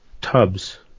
tubs